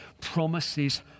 promises